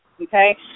Okay